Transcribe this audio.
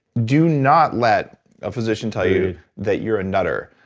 do not let a physician tell you that you're a nutter.